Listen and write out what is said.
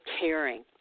caring